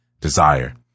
desire